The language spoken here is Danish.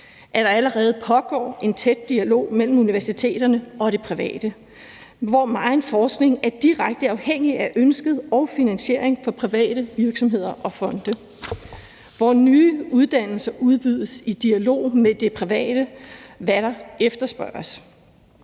at der allerede pågår en tæt dialog mellem universiteterne og det private, hvor megen forskning er direkte afhængig af ønsker og finansiering fra private virksomheder og fonde, hvor nye uddannelser udbydes i dialog med det private, og hvad der efterspørges,